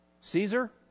Caesar